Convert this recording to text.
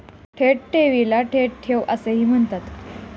थेट ठेवीला थेट ठेव असे म्हणतात